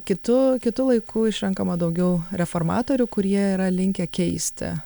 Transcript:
kitu kitu laiku išrenkama daugiau reformatorių kurie yra linkę keisti